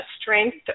strength